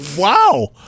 Wow